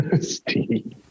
Steve